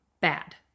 bad